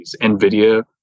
NVIDIA